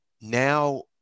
Now